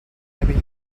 typing